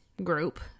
group